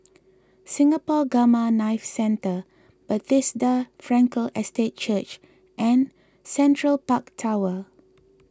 Singapore Gamma Knife Centre Bethesda Frankel Estate Church and Central Park Tower